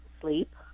sleep